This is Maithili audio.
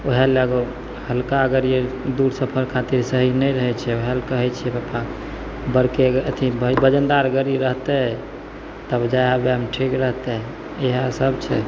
वएह लऽ कऽ हल्का गाड़ी हइ दूर सफर खातिर सही नहि रहै छै हल्का होइ छै पप्पा बड़के अथी वजनदार गाड़ी रहतै तब जाइ आबैमे ठीक रहतै इएहसब छै